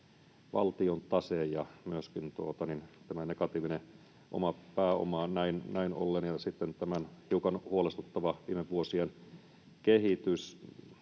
ollen myöskin tämä negatiivinen oma pääoma ja sitten tämä hiukan huolestuttava viime vuosien kehitys.